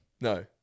No